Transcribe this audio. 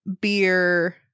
Beer